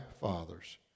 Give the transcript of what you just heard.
father's